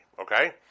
okay